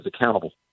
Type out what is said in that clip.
accountable